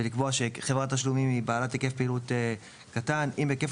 ולקבוע שחברת תשלומים היא בעלת היקף פעילות קטן אם היקף